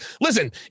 Listen